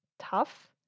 Tough